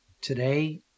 Today